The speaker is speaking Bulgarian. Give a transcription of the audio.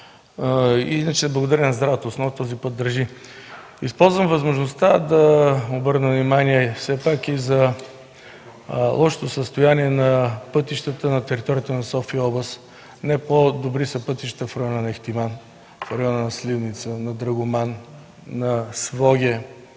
Иначе, благодарение на здравата основа, този път държи. Използвам възможността да обърна внимание все пак и на лошото състояние на пътищата на територията на София област. Не по-добри са пътищата в района на Ихтиман, в района на Сливница, на Драгоман, на Своге,